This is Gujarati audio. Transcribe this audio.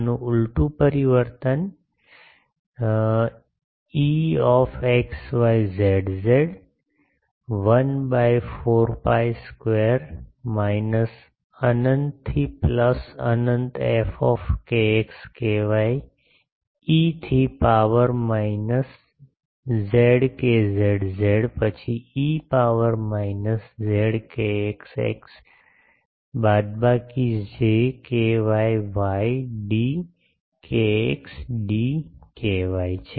આનું ઉલટું પરિવર્તન e 1 by 4 pi square minus અનંતથી પ્લસ અનંત f e થી power minus j kz z પછી e power minus j kx x બાદબાકી j ky y d kx d ky છે